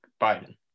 biden